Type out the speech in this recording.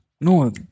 No